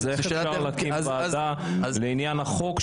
אז איך אפשר להקים ועדה לעניין החוק,